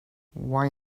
why